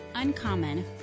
Uncommon